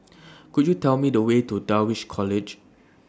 Could YOU Tell Me The Way to Dulwich College